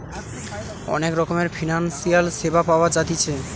অনেক রকমের ফিনান্সিয়াল সেবা পাওয়া জাতিছে